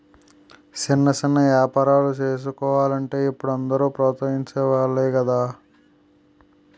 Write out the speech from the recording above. సిన్న సిన్న ఏపారాలు సేసుకోలంటే ఇప్పుడు అందరూ ప్రోత్సహించె వోలే గదా